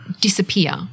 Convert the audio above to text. disappear